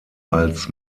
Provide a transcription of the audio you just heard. als